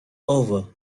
over